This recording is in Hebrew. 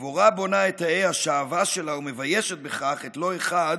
ודבורה בונה את תאי השעווה שלה ומביישת בכך לא אחד